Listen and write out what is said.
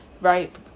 right